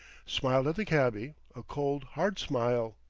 smiled at the cabby a cold, hard smile.